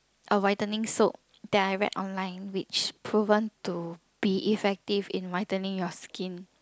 a whitening soap that I read online which proven to be effective in whitening your skin